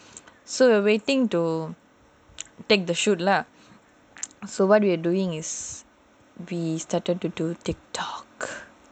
so we were waiting to take the shoot lah so what we were doing is we started to do TikTok